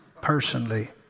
personally